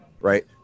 right